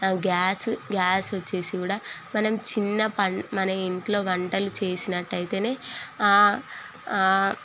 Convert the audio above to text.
gas gas వచ్చేసి కూడా మనం చిన్నపని మన ఇంట్లో వంటలు చేసినట్టయితేనే